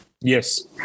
Yes